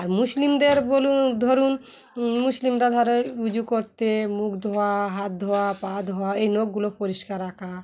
আর মুসলিমদের বলুন ধরুন মুসলিমরা ধর উজু করতে মুখ ধোয়া হাত ধোয়া পা ধোয়া এই নখগুলো পরিষ্কার রাখা